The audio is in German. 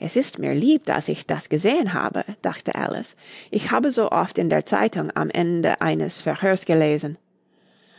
es ist mir lieb daß ich das gesehen habe dachte alice ich habe so oft in der zeitung am ende eines verhörs gelesen